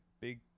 big